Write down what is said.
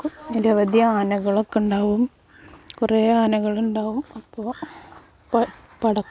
നിരവധി ആനകളൊക്കെ ഉണ്ടാവും കുറെ ആനകൾ ഉണ്ടാവും അപ്പോൾ ഇപ്പോൾ